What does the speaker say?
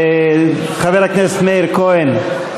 חבר הכנסת מאיר כהן,